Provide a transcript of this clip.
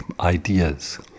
ideas